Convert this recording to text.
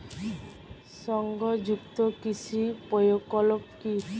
সংযুক্ত কৃষক প্রকল্প কি?